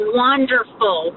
wonderful